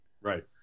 Right